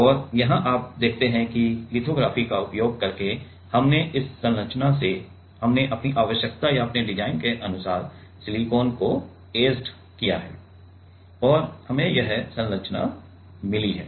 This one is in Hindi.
और यहाँ आप देखते हैं कि लिथोग्राफी का उपयोग करते हुए हमने इस संरचना से हमने अपनी आवश्यकता या अपने डिजाइन के अनुसार सिलिकॉन को ऐचेड किया है और हमें यह संरचना मिली है